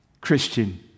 Christian